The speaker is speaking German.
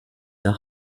nach